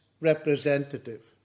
representative